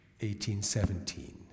1817